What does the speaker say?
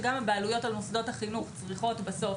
שגם הבעלויות של משרד החינוך צריכות בסוף